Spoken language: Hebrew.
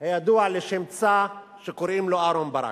הידוע לשמצה שקוראים לו אהרן ברק.